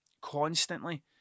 constantly